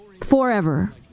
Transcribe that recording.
forever